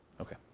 Okay